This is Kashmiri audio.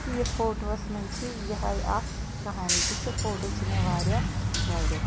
تہٕ یہِ فوٹوٗوَس منٛز چھِ یِہے اَکھ کہانی تہٕ سُہ فوٹو چھُ مے واریاہ فیورِٹ